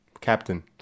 Captain